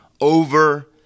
over